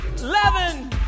eleven